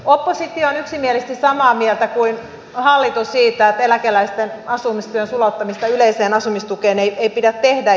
oppositio on yksimielisesti samaa mieltä kuin hallitus siitä että eläkeläisten asumistuen sulauttamista yleiseen asumistukeen ei pidä tehdä